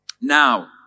Now